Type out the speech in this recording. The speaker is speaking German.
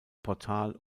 portal